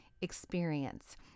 experience